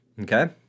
Okay